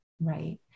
right